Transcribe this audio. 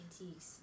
Antiques